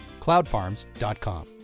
cloudfarms.com